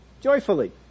joyfully